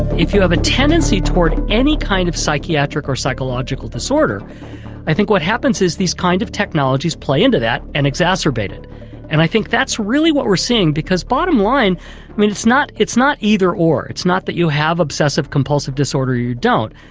if you have a tendency towards any kind of psychiatric or psychological disorder i think what happens is these kind of technologies play into that and exacerbate it and i think that's really what we're seeing because bottom line, i mean it's not it's not either or, it's not that you have obsessive compulsive disorder or you don't,